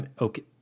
okay